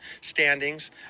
standings